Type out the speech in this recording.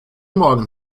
morgen